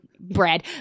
bread